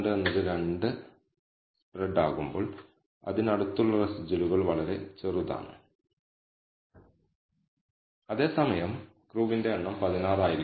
അതിനാൽ ഇത് reduced order model ഫിറ്റിനുള്ള സം സ്ക്വയർ എററുകകളെ പ്രതിനിധീകരിക്കുന്നു ഇതര ഹൈപ്പോതെസിസ് ഫിറ്റിനുള്ള ഫിറ്റിന്റെ ഗുണത്തെ എസ്എസ്ഇ പ്രതിനിധീകരിക്കുന്നു